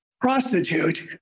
prostitute